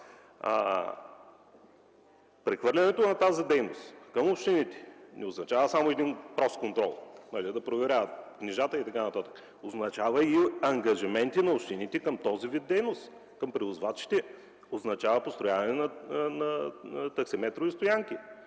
прехвърлянето на тази дейност към общините не означава само един прост контрол – да проверяват книжата и т.н. Означава и ангажименти на общините към този вид дейност, към превозвачите, означава построяване на таксиметрови стоянки